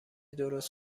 درست